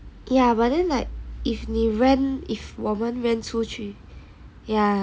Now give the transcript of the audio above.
ya but then like if 你 rent if 我们 rent 出去